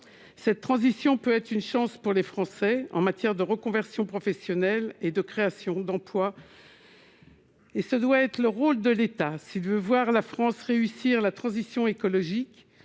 cette transition peut être une chance pour les Français en matière de reconversion professionnelle et de création d'emplois et ce doit être le rôle de l'État s'il veut voir la France réussir la transition écologique